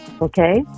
Okay